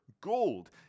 gold